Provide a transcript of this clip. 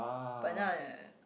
but now I